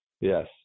Yes